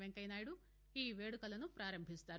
వెంకయ్యనాయుడు ఈ వేడుకలను ప్రారంభిస్తారు